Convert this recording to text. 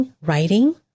writing